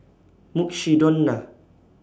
Mukshidonna